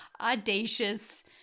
audacious